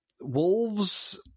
wolves